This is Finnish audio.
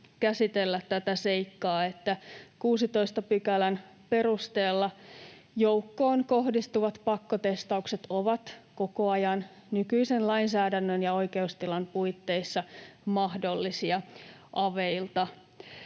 käsitellä tätä seikkaa, että 16 §:n perusteella joukkoon kohdistuvat pakkotestaukset ovat koko ajan nykyisen lainsäädännön ja oikeustilan puitteissa mahdollisia aveilta.